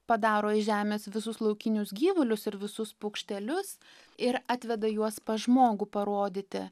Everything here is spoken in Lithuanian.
padaro iš žemės visus laukinius gyvulius ir visus paukštelius ir atveda juos pas žmogų parodyti